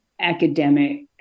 academic